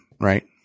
Right